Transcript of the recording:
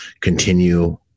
continue